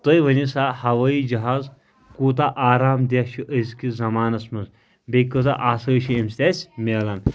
تُہۍ ؤنو سا ہوٲیی جَہاز کوٗتاہ آرام دیہہ چھُ أزکِس زَمانَس منٛز بیٚیہِ کۭژَاہ آسٲیِش چھِ اَمہِ سۭتۍ اسہِ مِلان